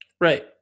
right